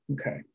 Okay